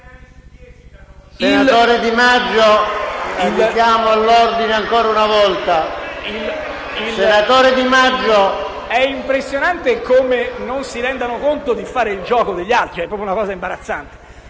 dei ministri*. È impressionante come non si rendano conto di fare il gioco degli altri. È proprio una cosa imbarazzante.